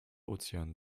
ozean